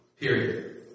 Period